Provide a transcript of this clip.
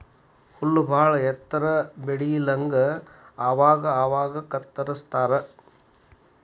ಹುಲ್ಲ ಬಾಳ ಎತ್ತರ ಬೆಳಿಲಂಗ ಅವಾಗ ಅವಾಗ ಕತ್ತರಸ್ತಾರ